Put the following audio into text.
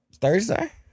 Thursday